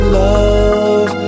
love